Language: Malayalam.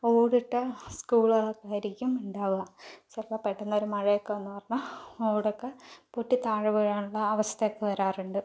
ഓടിട്ട സ്കുളുകളൊക്കെ ആയിരിക്കും ഉണ്ടാവുക ചിലപ്പോൾ പെട്ടന്ന് ഒരു മഴയൊക്കെ വന്നു പറഞ്ഞാൽ ഓടൊക്കെ പൊട്ടി താഴെ വീഴാനുള്ള അവസ്ഥയൊക്കെ വരാറുണ്ട്